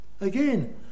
again